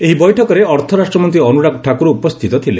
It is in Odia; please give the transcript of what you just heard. ଏହି ବୈଠକରେ ଅର୍ଥରାଷ୍ଟ୍ରମନ୍ତ୍ରୀ ଅନ୍ତରାଗ ଠାକ୍ରର ଉପସ୍ଥିତ ଥିଲେ